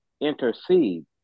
intercede